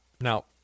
Now